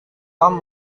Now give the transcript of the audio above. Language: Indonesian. tom